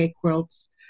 quilts